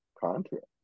contract